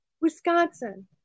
Wisconsin